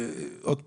עוד פעם,